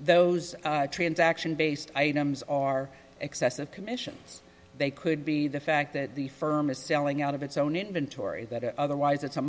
those transaction based items are excessive commissions they could be the fact that the firm is selling out of its own inventory that otherwise it's a